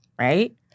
Right